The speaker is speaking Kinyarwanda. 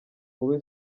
wowe